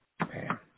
Man